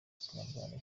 ikinyarwanda